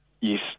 Yes